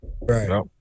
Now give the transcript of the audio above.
right